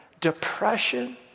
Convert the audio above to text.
depression